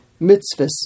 mitzvahs